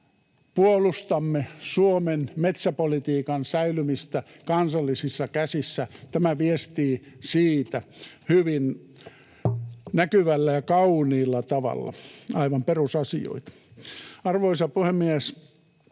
puolustamme Suomen metsäpolitiikan säilymistä kansallisissa käsissä. Tämä viestii siitä hyvin näkyvällä ja kauniilla tavalla. — Aivan perusasioita. Arvoisa puhemies!